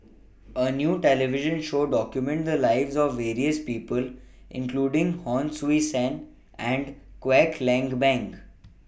A New television Show documented The Lives of various People including Hon Sui Sen and Kwek Leng Beng